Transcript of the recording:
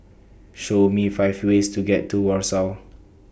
Show Me five ways to get to Warsaw